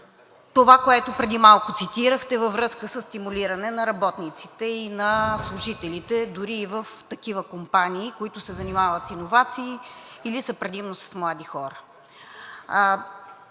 това, което преди малко цитирахте във връзка със стимулиране на работниците и на служителите, дори и в такива компании, които се занимават с иновации или са предимно с млади хора.